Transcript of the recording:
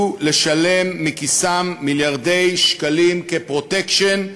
לשלם מכיסם מיליארדי שקלים כ"פרוטקשן"